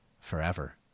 forever